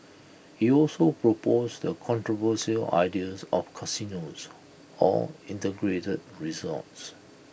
he also proposed the controversial ideas of casinos or integrated resorts